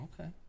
Okay